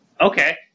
Okay